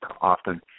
often